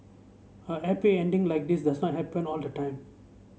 a happy ending like this does not happen all the time